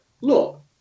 look